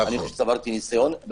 צברתי ניסיון.